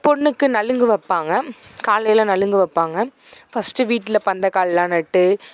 பொண்ணுங்க நலங்கு வைப்பாங்க காலையில் நலங்கு வைப்பாங்க ஃபர்ஸ்ட்டு வீட்டில் பந்தக்கால் எல்லாம் நட்டு